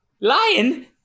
Lion